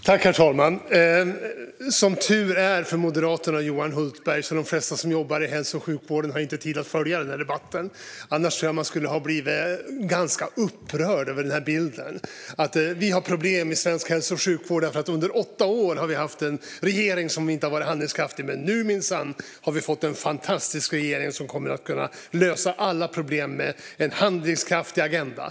Herr talman! Som tur är för Moderaterna och Johan Hultberg har de flesta som jobbar i hälso och sjukvården inte tid att följa den här debatten. Hade de haft det tror jag att de hade blivit ganska upprörda över bilden som målas upp. Hultberg säger att vi har problem i svensk hälso och sjukvård därför att vi under åtta år har haft en regering som inte har varit handlingskraftig - men att vi nu minsann har fått en fantastisk regering som kommer att kunna lösa alla problem genom en handlingskraftig agenda.